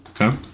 Okay